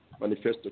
manifesto